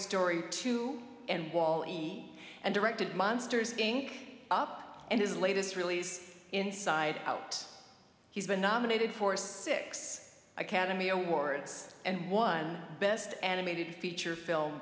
story two and wall e me and directed monsters inc up and his latest release inside out he's been nominated for six academy awards and won best animated feature film